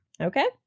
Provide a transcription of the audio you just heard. Okay